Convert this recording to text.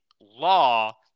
law